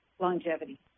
longevity